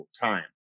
time